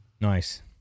nice